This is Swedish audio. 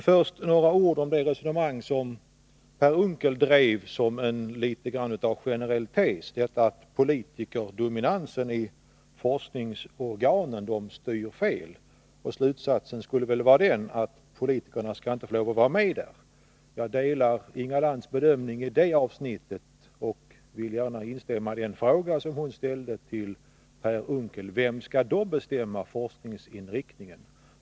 Först några ord om det resonemang som Per Unckel drev som något av en generell tes, att politikerdominansen i forskningsorganen styr fel. Slutsatsen skulle väl vara den att politikerna inte skall få lov att vara med där. Jag delar Inga Lantz bedömning i det avsnittet och vill gärna instämma i frågan som hon ställde till Per Unckel: Vem skall då bestämma forskningsinriktningen?